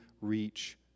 reach